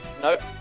Nope